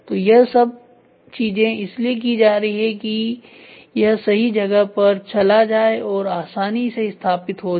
तो यह सब चीजें इसलिए की जा रही है कि यह सही जगह पर चला जाए और आसानी से स्थापित हो जाए